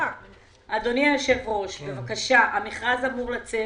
אדוני היושב ראש, בבקשה, המכרז אמור לצאת